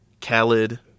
Khaled